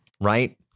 right